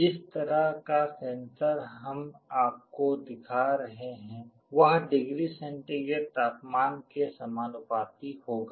जिस तरह का सेंसर हम आपको दिखा रहे हैं वह डिग्री सेंटीग्रेड तापमान के के समानुपाती होगा